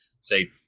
say